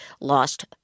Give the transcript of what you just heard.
lost